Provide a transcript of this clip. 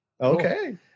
okay